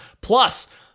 Plus